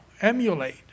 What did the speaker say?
emulate